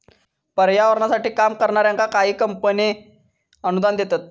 पर्यावरणासाठी काम करणाऱ्यांका काही कंपने अनुदान देतत